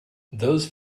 those